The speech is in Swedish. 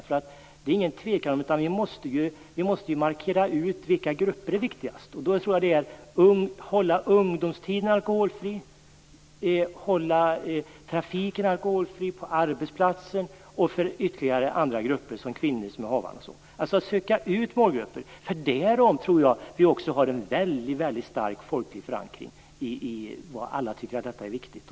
Det råder ingen tvekan om att vi måste markera de grupper som är viktigast. Det gäller att hålla ungdomstiden alkoholfri, hålla trafiken alkoholfri och hålla arbetsplatsen alkoholfri. Det finns även andra viktiga grupper såsom havande kvinnor. Vi måste peka ut målgrupper. Där har vi en stark folklig förankring eftersom alla tycker att detta är viktigt.